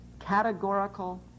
categorical